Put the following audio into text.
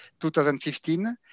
2015